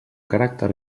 caràcter